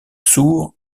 sourd